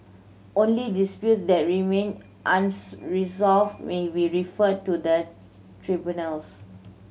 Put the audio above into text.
only disputes that remain unresolved may be referred to the tribunals